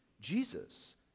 Jesus